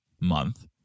month